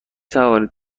توانید